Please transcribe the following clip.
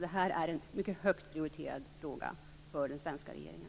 Detta är en mycket högt prioriterad fråga för den svenska regeringen.